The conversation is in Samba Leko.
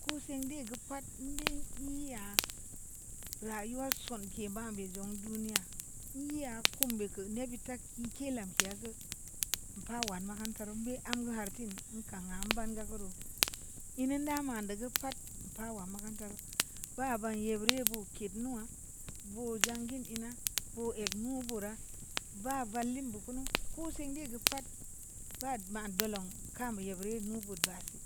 Ko sendi gə pa'atmbe'n e'a rayuwa sonke’ ba be’ jung duniya n'e'a kum be’ kə ni bi ta'ak ki ke’ lamk'e'a gə pa war makarnatareu mbe mghar tun un kan 'a’ ambar kuru e’ nnen dama ndo gə pat npa wa makaranta reu ba ban e’ bireu bou ke't nua'a bui jangi boo’ yangi e’ na boo’ ek nu burə ba van le'e bu kunu koo’ sen di gə pat ba nma doloon kam'e’ bire’ nu bud ba si